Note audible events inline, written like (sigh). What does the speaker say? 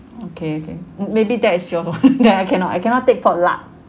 okay okay maybe that is your (laughs) that cannot I cannot take pork lard